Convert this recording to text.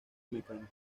mecánica